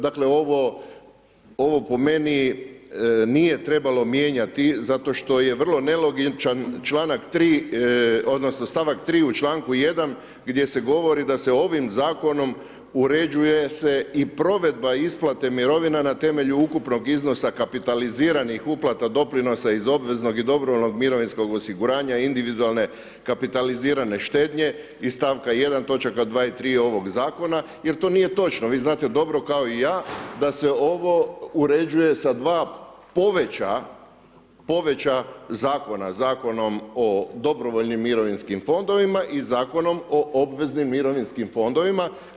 Dakle ovo po meni nije trebalo mijenjati zato što je vrlo nelogičan članak 3. odnosno stavak 3. u članku 1. gdje se govori da ovim zakonom uređuje se i provedba isplate mirovina na temelju ukupnog iznosa kapitaliziranih uplata doprinosa iz obveznog i dobrovoljnog mirovinskog osiguranja individualne kapitalizirane štednje iz stavka 1. točaka 2. i 3. ovoga zakona jer to nije točno, vi znate dobro kao i ja da se ovo uređuje sa dva poveća zakona, Zakonom o dobrovoljnim mirovinskim fondovima i Zakonom o obveznim mirovinskim fondovima.